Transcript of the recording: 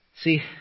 See